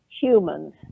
humans